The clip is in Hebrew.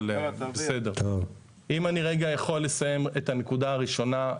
אם אני רגע יכול לסיים את הנקודה הראשונה.